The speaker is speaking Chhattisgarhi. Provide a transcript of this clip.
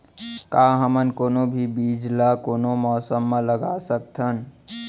का हमन कोनो भी बीज ला कोनो मौसम म लगा सकथन?